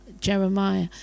Jeremiah